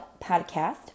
podcast